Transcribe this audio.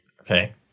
Okay